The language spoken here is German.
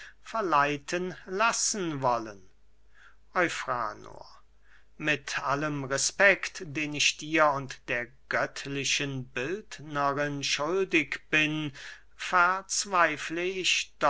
verleiten lassen wollen eufranor mit allem respekt den ich dir und der göttlichen bildnerin schuldig bin verzweifle ich